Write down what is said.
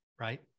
Right